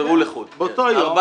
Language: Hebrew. הם נספרו לחוד.